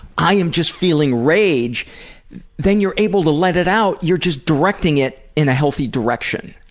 i am just feeling rage then you're able to let it out, you're just directing it in a healthy direction.